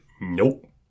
Nope